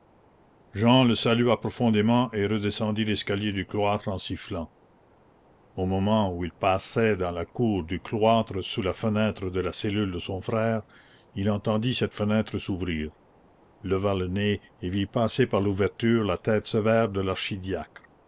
jehan le salua profondément et redescendit l'escalier du cloître en sifflant au moment où il passait dans la cour du cloître sous la fenêtre de la cellule de son frère il entendit cette fenêtre s'ouvrir leva le nez et vit passer par l'ouverture la tête sévère de